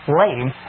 lame